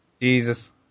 Jesus